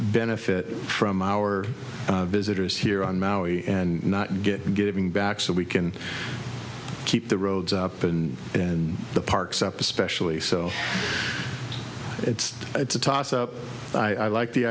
benefit from our visitors here on maui and not get giving back so we can keep the roads up and and the parks up especially so it's it's a toss up i like the